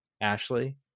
Ashley